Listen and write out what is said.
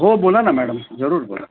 हो बोला ना मॅडम जरूर बोला